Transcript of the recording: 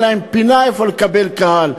אין להם פינה כדי לקבל קהל.